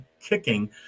Kicking